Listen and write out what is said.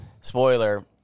spoiler